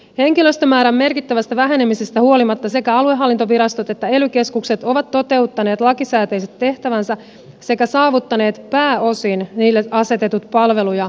henkilöstömäärän merkittävästä vähenemisestä huolimatta sekä aluehallintovirastot että ely keskukset ovat toteuttaneet lakisääteiset tehtävänsä sekä saavuttaneet pääosin niille asetetut palvelu ja suoritemäärätavoitteet